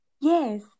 Yes